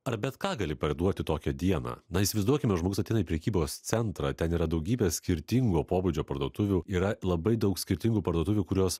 ar bet ką gali parduoti tokią dieną na įsivaizduokime žmogus ateina į prekybos centrą ten yra daugybė skirtingo pobūdžio parduotuvių yra labai daug skirtingų parduotuvių kurios